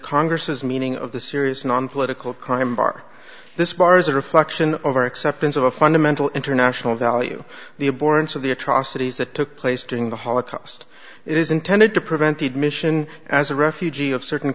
congress's meaning of the serious nonpolitical crime bar this bar as a reflection of our acceptance of a fundamental international value the abhorrence of the atrocities that took place during the holocaust it is intended to prevent the admission as a refugee of certain